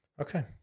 Okay